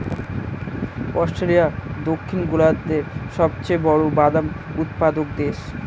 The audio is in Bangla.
অস্ট্রেলিয়া দক্ষিণ গোলার্ধের সবচেয়ে বড় বাদাম উৎপাদক দেশ